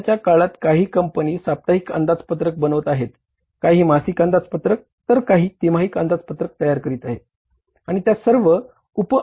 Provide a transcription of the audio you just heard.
सध्याच्या काळात काही कंपनी साप्ताहिक अंदाजपत्रक बनवत आहेत काही मासिक अंदाजपत्रक तर काही तिमाही अंदाजपत्रक तयार करीत आहेत